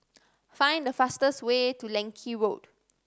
find the fastest way to Leng Kee Road